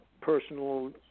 personal